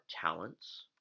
talents